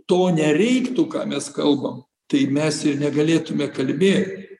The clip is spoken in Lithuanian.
to nereiktų ką mes kalbam tai mes ir negalėtume kalbėti